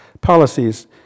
policies